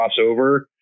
crossover